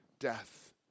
death